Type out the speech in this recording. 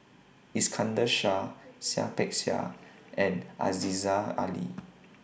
Iskandar Shah Seah Peck Seah and Aziza Ali